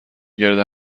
گرد